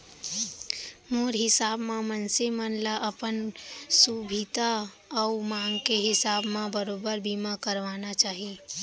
मोर हिसाब म मनसे मन ल अपन सुभीता अउ मांग के हिसाब म बरोबर बीमा करवाना चाही